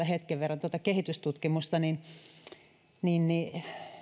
hetken verran kehitystutkimusta niin niin